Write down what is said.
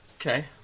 Okay